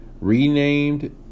renamed